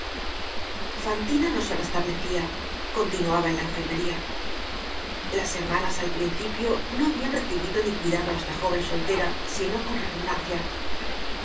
fantina no se restablecia continuaba en la enfermería las hermanas al principio no habian recibido ni cuidado á esta jóven soltera sino con repugnancia